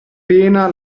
pena